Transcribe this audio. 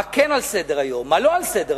מה כן על סדר-היום מה לא על סדר-היום,